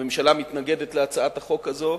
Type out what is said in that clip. הממשלה מתנגדת להצעת החוק הזאת,